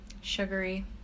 sugary